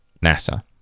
NASA